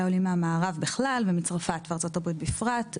העולים מהמערב בכלל ומצרפת וארה"ב בפרט,